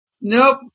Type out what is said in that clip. Nope